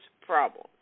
problems